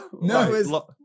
No